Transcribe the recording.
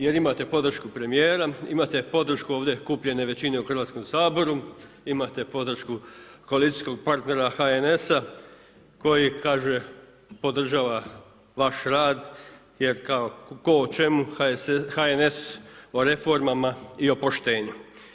Jer imate podršku premijera, imate podršku ovdje kupljene većine u Hrvatskom saboru, imate podršku koalicijskog partnera HNS-a koji kaže podržava vaš rad jer kao tko o čemu, HNS o reformama i o poštenju.